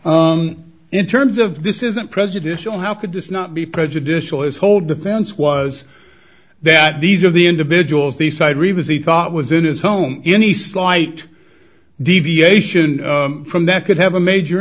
s in terms of this isn't prejudicial how could this not be prejudicial his whole defense was that these are the individuals the side revisit thought was in his home any slight deviation from that could have a major